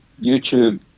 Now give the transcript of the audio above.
YouTube